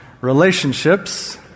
relationships